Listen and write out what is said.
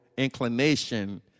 Inclination